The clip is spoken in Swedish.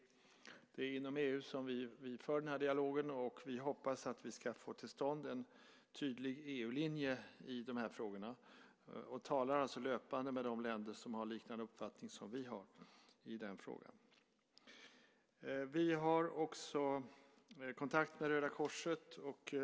Det är inom EU vi för den här dialogen. Vi hoppas att vi ska få till stånd en tydlig EU-linje, och vi talar alltså löpande med de länder som har liknande uppfattning som vi i dessa frågor. Vi har också kontakt med Röda Korset.